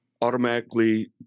automatically